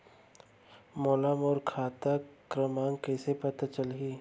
मोला मोर खाता क्रमाँक कइसे पता चलही?